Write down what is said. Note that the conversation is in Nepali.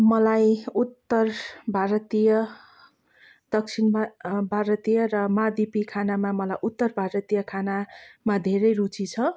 मलाई उत्तर भारतीय दक्षिण भारतीय र महाद्विपी खानामा मलाई उत्तर भारतीय खानामा धेरै रुचि छ